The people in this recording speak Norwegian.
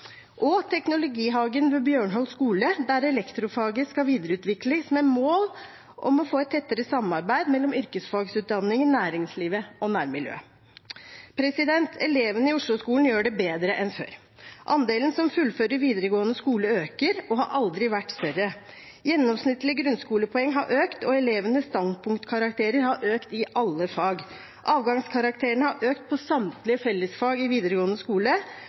og TeknologiHagen ved Bjørnholt skole, der elektrofaget skal videreutvikles med mål om å få et tettere samarbeid mellom yrkesfagutdanning, næringslivet og nærmiljøet. Elevene i Osloskolen gjør det bedre enn før. Andelen som fullfører videregående skole, øker og har aldri vært større. Gjennomsnittlig grunnskolepoeng har økt, og elevenes standpunktkarakterer har økt i alle fag. Avgangskarakterene har økt på samtlige fellesfag i videregående skole